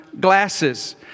glasses